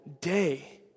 day